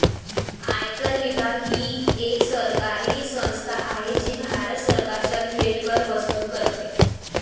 आयकर विभाग ही एक सरकारी संस्था आहे जी भारत सरकारचा थेट कर वसूल करते